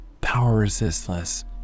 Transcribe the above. Power-resistless